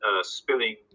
spilling